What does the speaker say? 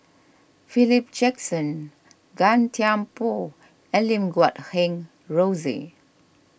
Philip Jackson Gan Thiam Poh and Lim Guat Kheng Rosie